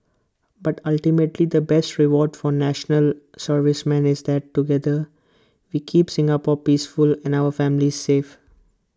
but ultimately the best reward for National Servicemen is that together we keep Singapore peaceful and our families safe